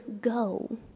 go